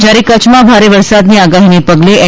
જયારે કચ્છમાં ભારે વરસાદની આગાહીને પગલે એન